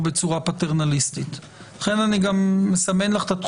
ובדבר זכותו כי יינתן לו זמן סביר בנסיבות העניין להתייעץ עם עורך